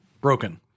broken